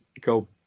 go